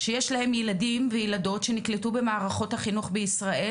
שיש להם ילדים וילדות שנקלטו במערכות החינוך בישראל,